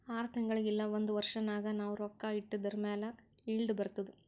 R ತಿಂಗುಳಿಗ್ ಇಲ್ಲ ಒಂದ್ ವರ್ಷ ನಾಗ್ ನಾವ್ ರೊಕ್ಕಾ ಇಟ್ಟಿದುರ್ ಮ್ಯಾಲ ಈಲ್ಡ್ ಬರ್ತುದ್